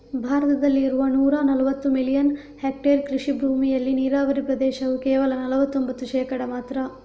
ಭಾರತದಲ್ಲಿ ಇರುವ ನೂರಾ ನಲವತ್ತು ಮಿಲಿಯನ್ ಹೆಕ್ಟೇರ್ ಕೃಷಿ ಭೂಮಿಯಲ್ಲಿ ನೀರಾವರಿ ಪ್ರದೇಶವು ಕೇವಲ ನಲವತ್ತೊಂಭತ್ತು ಶೇಕಡಾ ಮಾತ್ರ